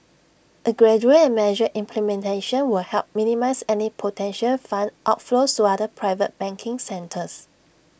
A gradual and measured implementation would help minimise any potential fund outflows to other private banking centres